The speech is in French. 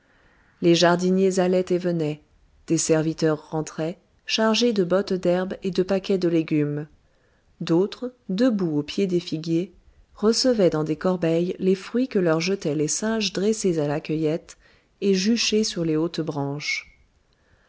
les jardiniers allaient et venaient des serviteurs rentraient chargés de bottes d'herbes et de paquets de légumes d'autres debout au pied des figuiers recevaient dans des corbeilles les fruits que leur jetaient des singes dressés à la cueillette et juchés sur les hautes branches